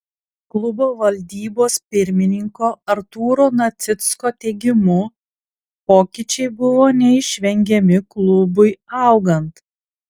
klubo valdybos pirmininko artūro nacicko teigimu pokyčiai buvo neišvengiami klubui augant